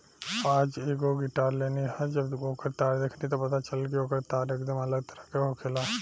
आज एगो गिटार लेनी ह आ जब ओकर तार देखनी त पता चलल कि ओकर तार एकदम अलग तरह के होखेला